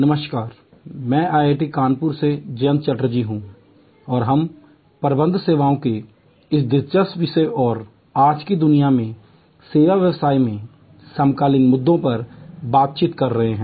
नमस्कार मैं आईआईटी कानपुर से जयंत चटर्जी हूं और हम प्रबंध सेवाओं के इस दिलचस्प विषय और आज की दुनिया में सेवा व्यवसाय में समकालीन मुद्दों पर बातचीत कर रहे हैं